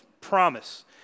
promise